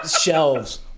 shelves